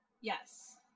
Yes